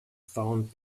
found